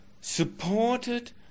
supported